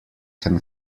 can